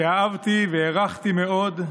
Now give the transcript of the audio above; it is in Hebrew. שאהבתי והערכתי מאוד,